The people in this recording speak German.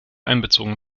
einbezogen